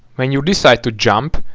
when you decide to jump,